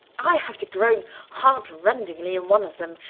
i have to groan heartrendingly in one of them,